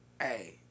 Hey